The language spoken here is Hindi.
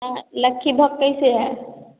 लक्खीभोग कैसे है